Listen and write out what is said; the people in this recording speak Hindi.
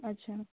अच्छा